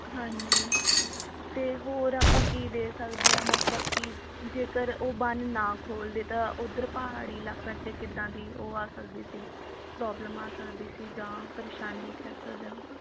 ਹਾਂਜੀ ਅਤੇ ਹੋਰ ਆਪਾਂ ਕੀ ਦੇ ਸਕਦੇ ਹਾਂ ਮਤਲਬ ਕਿ ਜੇਕਰ ਉਹ ਬੰਨ ਨਾ ਖੋਲ੍ਹਦੇ ਤਾਂ ਉਧਰ ਪਹਾੜੀ ਇਲਾਕਾ ਅਤੇ ਕਿੱਦਾਂ ਦੀ ਉਹ ਆ ਸਕਦੀ ਸੀ ਪ੍ਰੋਬਲਮ ਆ ਸਕਦੀ ਸੀ ਜਾਂ ਪਰੇਸ਼ਾਨੀ ਕਹਿ ਸਕਦੇ ਹਾਂ ਆਪਾਂ